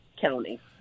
county